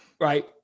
right